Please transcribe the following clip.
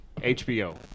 HBO